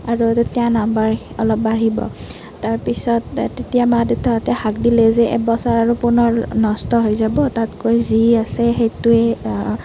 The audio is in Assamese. আৰু তেতিয়া নাম্বাৰ অলপ বাঢ়িব তাৰ পিছত তেতিয়া মা দেউতাহঁতে হাক দিলে যে এবছৰ আৰু পুনৰ নষ্ট হৈ যাব তাতকৈ যি আছে সেইটোৱে